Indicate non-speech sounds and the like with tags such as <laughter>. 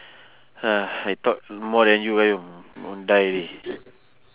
<noise> I talk more than you eh want die already